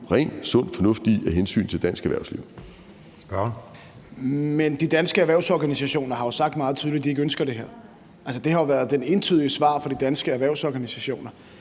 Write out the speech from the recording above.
Kl. 19:23 Morten Dahlin (V): De danske erhvervsorganisationer har jo sagt meget tydeligt, at de ikke ønsker det her. Altså, det har været det entydige svar fra de danske erhvervsorganisationer.